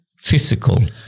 Physical